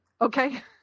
Okay